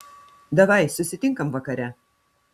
davai susitinkam vakare